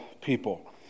people